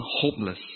hopeless